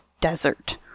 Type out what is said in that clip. desert